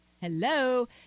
Hello